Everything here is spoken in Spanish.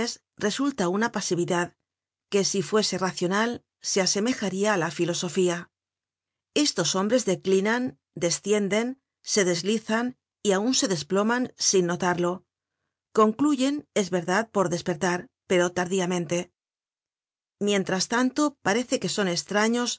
resulta una pasividad que si fuese racional se asemejaria á la filosofía estos hombres declinan descienden se deslizan y aun se desploman sin notarlo concluyen es verdad por despertar pero tardíamente mientras tanto parece que son estraños